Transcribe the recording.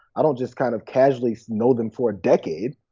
i don't just kind of casually know them for a decade.